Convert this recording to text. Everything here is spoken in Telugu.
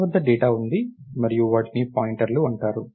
మన వద్ద డేటా ఉంది మరియు వాటిని పాయింటర్లు అంటారు